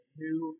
new